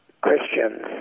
Christians